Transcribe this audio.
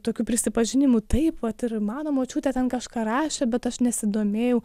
tokių prisipažinimų taip vat ir mano močiutė ten kažką rašė bet aš nesidomėjau